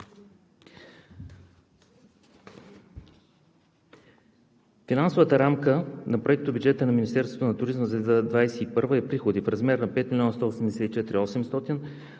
Финансовата рамка на Проектобюджета на Министерството на туризма за 2021 г. е: приходи в размер на 5 184 800